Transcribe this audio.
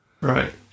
Right